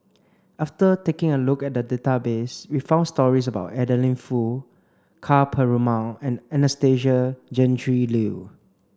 after taking a look at the database we found stories about Adeline Foo Ka Perumal and Anastasia Tjendri Liew